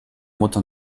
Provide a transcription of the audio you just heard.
mutter